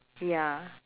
ya